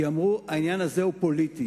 כי אמרו: העניין הזה הוא פוליטי.